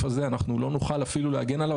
הזה אנחנו לא נוכל אפילו להגן עליו,